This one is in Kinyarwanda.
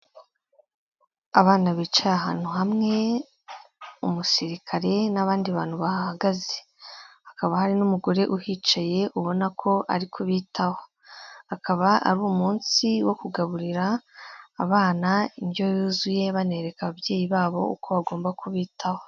Abana bicaye ahantu hamwe, umusirikare n'abandi bantu bahahagaze. Hakaba hari n'umugore uhicaye ubona ko ari kubitaho. Akaba ari umunsi wo kugaburira abana indyo yuzuye banereka ababyeyi babo uko bagomba kubitaho.